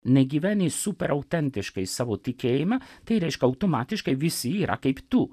negyveni super autentiškai savo tikėjimą tai reiškia automatiškai visi yra kaip tu